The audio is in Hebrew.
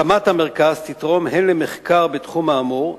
הקמת המרכז תתרום הן למחקר בתחום האמור,